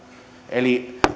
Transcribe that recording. eli